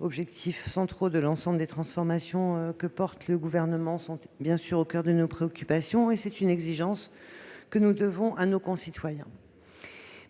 objectifs centraux de l'ensemble des transformations que porte le Gouvernement, est bien sûr au coeur de nos préoccupations. C'est une exigence que nous devons à nos concitoyens.